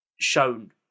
shown